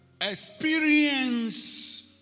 Experience